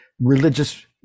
religious